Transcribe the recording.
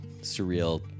surreal